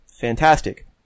Fantastic